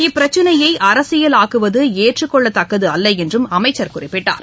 இப்பிரச்சினையை அரசியல் ஆக்குவது ஏற்றுக்கொள்ளத்தக்கது அல்ல என்றும் அமைச்சர் குறிப்பிட்டார்